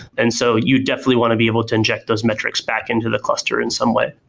and so you definitely want to be able to inject those metrics back into the cluster in some way.